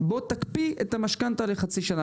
בוא תקפיא את המשכנתא לחצי שנה.